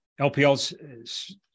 LPL's